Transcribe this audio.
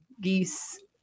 geese